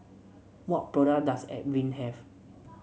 what product does Avene have